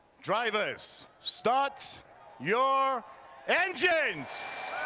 drivers, start your engines!